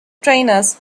trainers